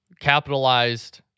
capitalized